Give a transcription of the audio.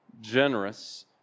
generous